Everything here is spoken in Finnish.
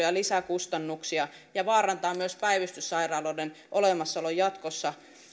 ja lisäkustannuksia ja vaarantaa myös päivystyssairaaloiden olemassaolon jatkossa